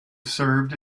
served